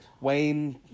Wayne